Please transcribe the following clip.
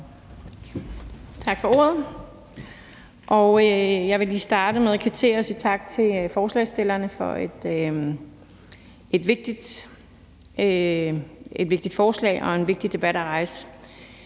Tak for ordet. Jeg vil lige starte med at kvittere forslagsstillerne og sige tak til dem for et vigtigt forslag og en vigtig debat at rejse.